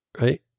right